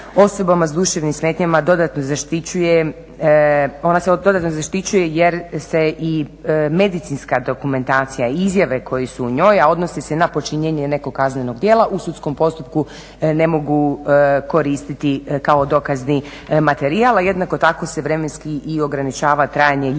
osobama sa duševnim smetnjama dodatno zaštićuje jer se i medicinska dokumentacija i izjave koje su u njoj, a odnose se na počinjenje nekog kaznenog djela u sudskom postupku ne mogu koristiti kao dokazni materijal, a jednako tako se i vremenski ograničava trajanje i